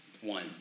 one